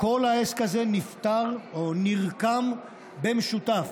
כל העסק הזה נפתר או נרקם במשותף,